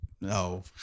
no